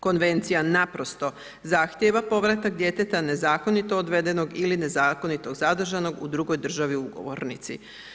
Konvencija naprosto zahtijeva povratak djeteta nezakonito odvedenog ili nezakonito zadržanog u drugoj državi ugovornici.